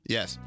Yes